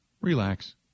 relax